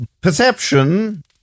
perception